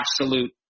absolute